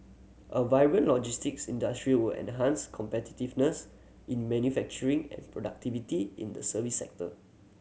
a vibrant logistics industry will enhance competitiveness in manufacturing and productivity in the service sector